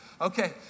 Okay